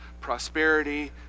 prosperity